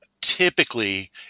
typically